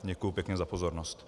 Děkuji pěkně za pozornost.